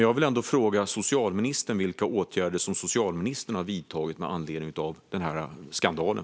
Jag vill ändå fråga socialministern vilka åtgärder som hon har vidtagit med anledning av skandalen.